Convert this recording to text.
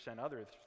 others